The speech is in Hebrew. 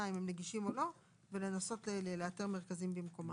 אם הם נגישים או לא ולנסות לאתר מרכזים במקומם.